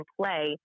play